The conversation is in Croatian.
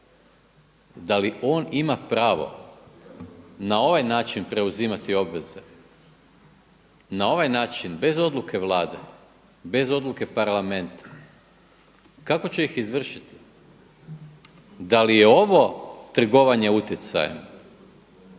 da li on im pravo na ovaj način preuzimati obveze, na ovaj način bez odluke Vlade, bez odluke Parlamenta? Kako će ih izvršiti? Da li je ovo trgovanje utjecajem?